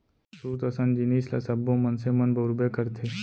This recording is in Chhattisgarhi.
सूत असन जिनिस ल सब्बो मनसे मन बउरबे करथे